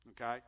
Okay